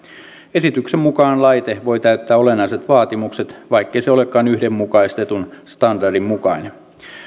esityksen mukaan laite voi täyttää olennaiset vaatimukset vaikkei se olekaan yhdenmukaistetun standardin mukainen